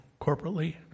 corporately